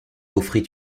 offrit